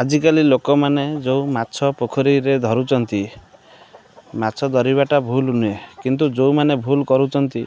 ଆଜିକାଲି ଲୋକମାନେ ଯେଉଁ ମାଛ ପୋଖରୀରେ ଧରୁଛନ୍ତି ମାଛ ଧରିବାଟା ଭୁଲ୍ ନୁହେଁ କିନ୍ତୁ ଯେଉଁ ମାନେ ଭୁଲ୍ କରୁଛନ୍ତି